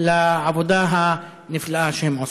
לעבודה הנפלאה שהם עושים.